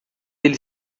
ele